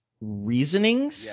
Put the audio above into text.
reasonings